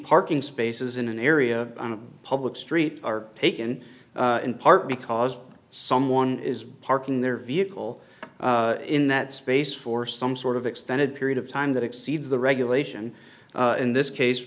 parking spaces in an area on a public street are taken in part because someone is parking their vehicle in that space for some sort of extended period of time that exceeds the regulation in this case